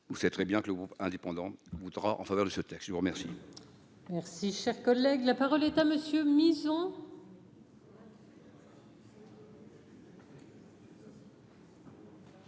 ou c'est très bien que le groupe indépendant voudra en faveur de ce texte, je vous remercie. Merci, cher collègue, la parole est à monsieur.